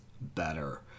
better